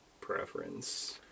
preference